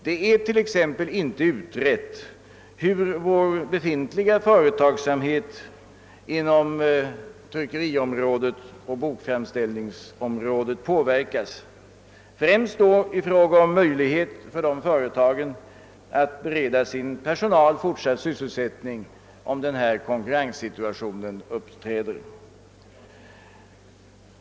Det är t.ex. inte utrett hur vår befintliga företagsamhet inom tryckerioch bokframställningsområdet påverkas, främst då i fråga om möjligheten för dessa företag att bereda personalen fortsatt sysselsättning om nuvarande konkurrensmöjlighet upphör.